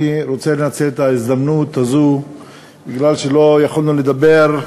אני רוצה לנצל את ההזדמנות הזאת מפני שלא יכולנו לדבר,